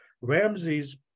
Ramses